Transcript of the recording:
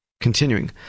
Continuing